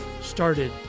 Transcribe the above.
started